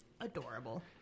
adorable